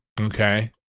Okay